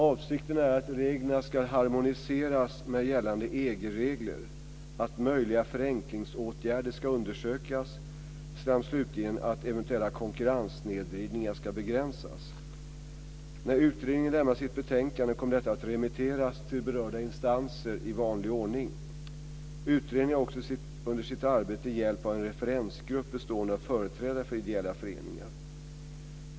Avsikten är att reglerna ska harmoniseras med gällande EG-regler, att möjliga förenklingsåtgärder ska undersökas samt slutligen att eventuella konkurrenssnedvridningar ska begränsas. När utredningen lämnar sitt betänkande kommer detta att remitteras till berörda instanser i vanlig ordning. Utredningen har också under sitt arbete hjälp av en referensgrupp bestående av företrädare för ideella föreningar.